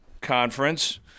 Conference